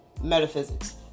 metaphysics